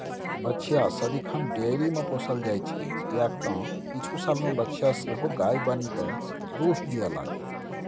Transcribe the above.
बछिया सदिखन डेयरीमे पोसल जाइत छै किएक तँ किछु सालमे बछिया सेहो गाय बनिकए दूध दिअ लागतै